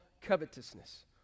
covetousness